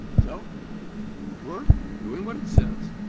so we're doing what it says,